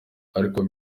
ariko